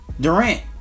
Durant